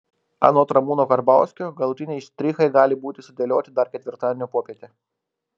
anot ramūno karbauskio galutiniai štrichai gali būti sudėlioti dar ketvirtadienio popietę